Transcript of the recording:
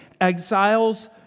exiles